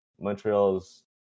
Montreal's